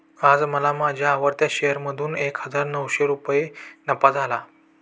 आज मला माझ्या आवडत्या शेअर मधून एक हजार नऊशे रुपये नफा झाला